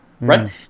right